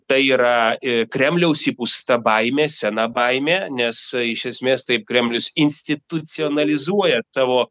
tai yra kremliaus įpūsta baimė sena baimė nes iš esmės taip kremlius institucionalizuoja tavo